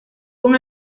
con